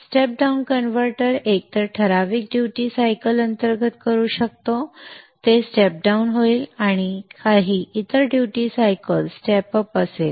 step up down converter एकतर ठराविक duty cycles अंतर्गत करू शकतो ते स्टेप डाउन होईल आणि काही इतर ड्युटी सायकल्स स्टेप अप असेल